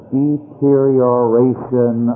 deterioration